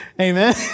Amen